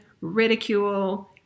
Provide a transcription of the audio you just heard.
ridicule